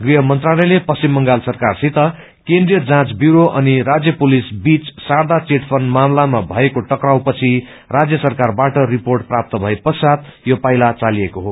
गृह मन्त्रालयले पश्चिम बंगाल सरकारसित केन्द्रीय जाँच ब्यूरो अनि राज्य पुलिस बीच शारदा घिट फण्ड मामलामा भएको टकराउ पछि राज्य सरकारबाट रिर्पोट प्राप्त भए पश्वात् यो पाइला चालेको हो